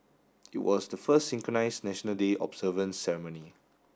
it was the first synchronised National Day observance ceremony